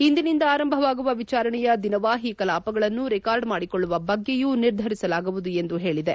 ಇಂದಿನಿಂದ ಆರಂಭವಾಗುವ ವಿಚಾರಣೆಯ ದಿನವಹಿ ಕಲಾಪಗಳನ್ನು ರೆಕಾರ್ಡ್ ಮಾಡಿಕೊಳ್ಳುವ ಬಗ್ಗೆ ನಿರ್ಧರಿಸಲಾಗುವುದು ಎಂದು ಹೇಳಿದೆ